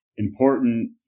important